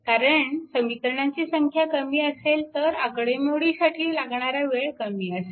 कारण समीकरणांची संख्या कमी असेल तर आकडेमोडीसाठी लागणारा वेळ कमी लागेल